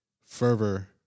fervor